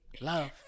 Love